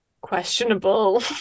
questionable